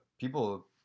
people